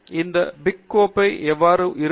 இப்போது இந்த பிக் கோப்பை எவ்வாறு இருக்கும்